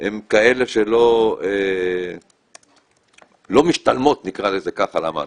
הן כאלה שלא משתלמות, נקרא לזה ככה, למעסיק.